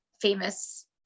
famous